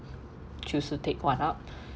choose to take one up